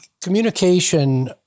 communication